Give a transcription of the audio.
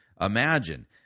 imagine